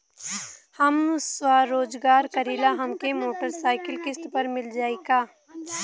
हम स्वरोजगार करीला हमके मोटर साईकिल किस्त पर मिल जाई का?